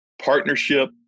Partnership